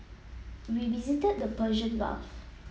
we visited the Persian Gulf